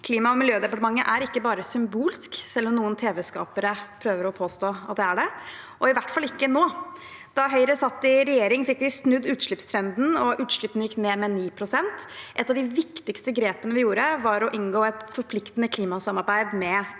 Klima- og miljødepartementet er ikke bare symbolsk, selv om noen tvskapere prøver å påstå at det er det, og i hvert fall ikke nå. Da Høyre satt i regjering, fikk vi snudd utslippstrenden, og utslippene gikk ned med 9 pst. Et av de viktigste grepene vi gjorde, var å inngå et forpliktende klimasamarbeid med